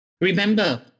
Remember